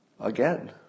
again